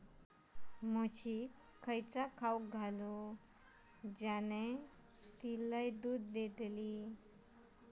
म्हशीक खयला खाणा घालू ज्याना लय दूध देतीत?